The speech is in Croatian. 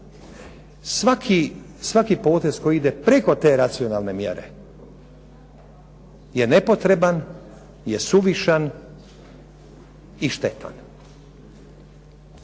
Svaki potez koji ide preko te racionalne mjere je nepotreban, je suvišan i štetan.